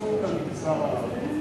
התקצוב למגזר הערבי.